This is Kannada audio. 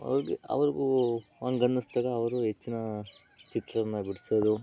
ಅವ್ರಿಗೆ ಅವ್ರಿಗೂ ಹಾಗನ್ನಿಸ್ದಾಗ ಅವರು ಹೆಚ್ಚಿನ ಚಿತ್ರವನ್ನು ಬಿಡ್ಸೋದು